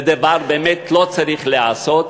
זה דבר שבאמת לא צריך להיעשות,